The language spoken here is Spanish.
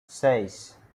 seis